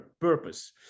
purpose